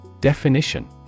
Definition